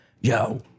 Yo